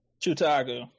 Chutago